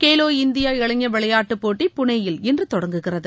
Khelo India இளைஞர் விளையாட்டுப் போட்டி புனேயில் இன்று தொடங்குகிறது